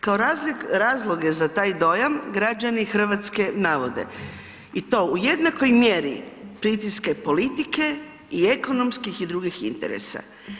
Kao razloge za taj dojam građani Hrvatske navode i to u jednakoj mjeri pritiske politike i ekonomskih i drugih interesa.